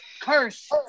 curse